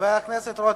חבר הכנסת רותם.